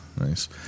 nice